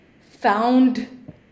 found